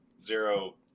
zero